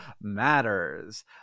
matters